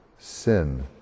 sin